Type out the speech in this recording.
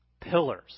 Pillars